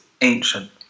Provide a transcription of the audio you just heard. ancient